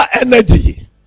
energy